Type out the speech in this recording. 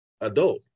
adult